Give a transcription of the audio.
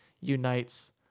unites